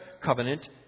covenant